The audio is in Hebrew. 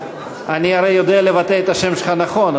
אני הרי יודע לבטא את השם שלך נכון,